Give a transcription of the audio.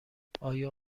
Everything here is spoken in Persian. آیا